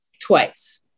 twice